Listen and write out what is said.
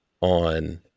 on